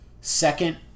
second